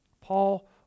Paul